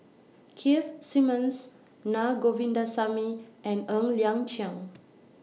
Keith Simmons Na Govindasamy and Ng Liang Chiang